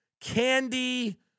candy